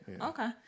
Okay